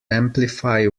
amplify